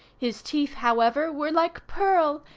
his teeth, however, were like pearl,